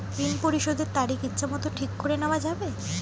ঋণ পরিশোধের তারিখ ইচ্ছামত ঠিক করে নেওয়া যাবে?